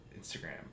Instagram